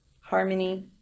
Harmony